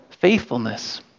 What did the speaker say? faithfulness